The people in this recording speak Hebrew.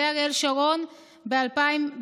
זה אריאל שרון ב-2003.